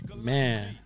Man